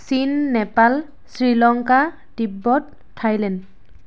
চীন নেপাল শ্ৰীলংকা তিব্বত থাইলেণ্ড